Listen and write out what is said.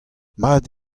mat